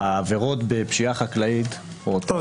העבירות בפשיעה חקלאית --- טוב,